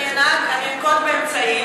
אני אנהג ואני אנקוט אמצעים.